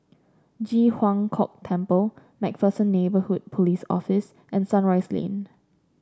Ji Huang Kok Temple MacPherson Neighbourhood Police Office and Sunrise Lane